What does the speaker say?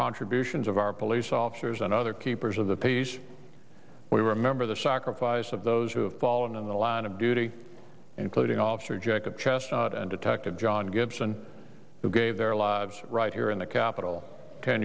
contributions of our police officers and other keepers of the peace we remember the sacrifice of those who have fallen in the line of duty including officer jacob chest and detective john gibson who gave their lives right here in the capitol ten